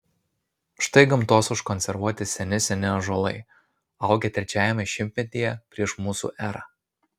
štai gamtos užkonservuoti seni seni ąžuolai augę trečiajame šimtmetyje prieš mūsų erą